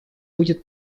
будет